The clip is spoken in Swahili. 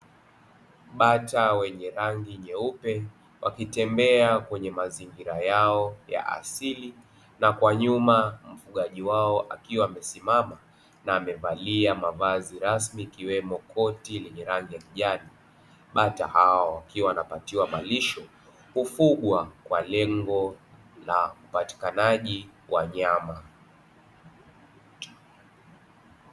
Bata wenye rangi nyeupe wakitembea kwenye mazingira yao ya asili na kwa nyuma mfugaji wao akiwa amesimama na amevalia mavazi rasmi ikiwemo koti lenye rangi ya kijani, bata hao wakiwa wanapatiwa malisho hufugwa kwa lengo la upatikanaji wa nyama.